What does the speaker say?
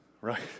right